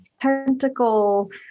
tentacle